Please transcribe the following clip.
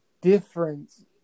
difference